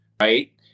right